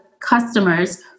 customers